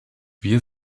wir